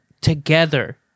together